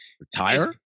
Retire